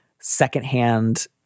secondhand